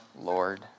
Lord